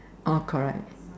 oh correct